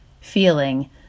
feeling